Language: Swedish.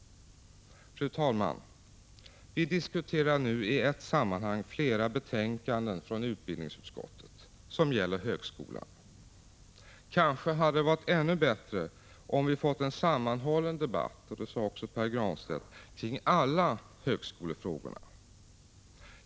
Fru talman! Vi diskuterar nu i ett sammanhang flera betänkanden från utbildningsutskottet som gäller högskolan. Kanske hade det varit ännu bättre —- vilket Pär Granstedt också sade — om vi fått en sammanhållen debatt om alla högskolefrågorna.